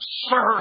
Sir